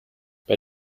bei